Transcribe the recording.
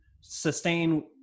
sustain